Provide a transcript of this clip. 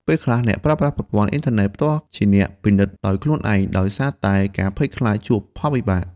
ពេលខ្លះ អ្នកប្រើប្រាស់ប្រព័ន្ធអុីនធើណេតផ្ទាល់ជាអ្នកពិនិត្យដោយខ្លួនឯង ដោយសារតែការភ័យខ្លាចជួបផលវិបាក។